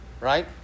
Right